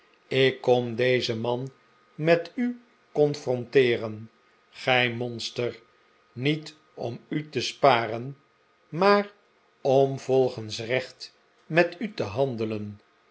ik koni dezen man met u confronteeren gij monster niet om u te sparen maar om volgens recht met u te handelen